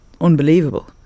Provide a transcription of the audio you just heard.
unbelievable